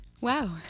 Wow